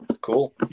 Cool